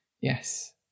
Yes